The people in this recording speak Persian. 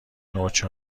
نوچه